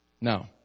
Now